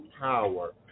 power